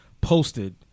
posted